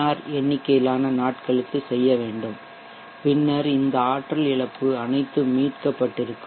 R எண்ணிக்கையிலான நாட்களுக்கு செய்ய வேண்டும் பின்னர் இந்த ஆற்றல் இழப்பு அனைத்தும் மீட்கப்பட்டிருக்கும்